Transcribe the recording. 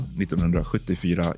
1974